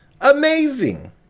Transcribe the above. amazing